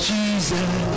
Jesus